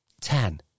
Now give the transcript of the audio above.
ten